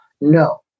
no